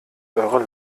eure